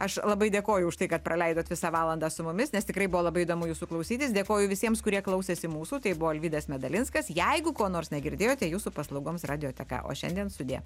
aš labai dėkoju už tai kad praleidot visą valandą su mumis nes tikrai buvo labai įdomu jūsų klausytis dėkoju visiems kurie klausėsi mūsų tai buvo alvydas medalinskas jeigu ko nors negirdėjote jūsų paslaugoms radioteka o šiandien sudie